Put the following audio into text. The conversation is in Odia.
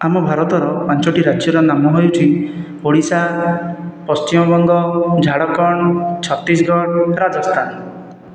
ଆମ ଭାରତର ପାଞ୍ଚଟି ରାଜ୍ୟର ନାମ ହେଉଛି ଓଡ଼ିଶା ପଶ୍ଚିମବଙ୍ଗ ଝାଡ଼ଖଣ୍ଡ ଛତିଶଗଡ଼ ରାଜସ୍ଥାନ